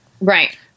Right